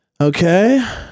Okay